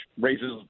raises